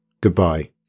Goodbye